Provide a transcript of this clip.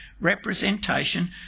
representation